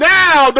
now